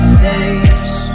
face